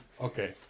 okay